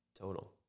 total